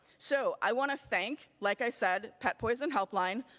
so i want to thank, like i said, pet poison helpline.